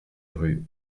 rue